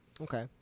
Okay